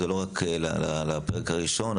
זה לא רק על הפרק הראשון.